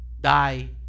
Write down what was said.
Die